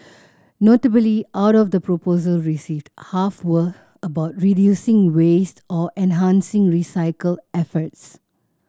notably out of the proposal received half were about reducing waste or enhancing recycle efforts